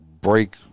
break